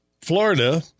Florida